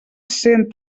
cent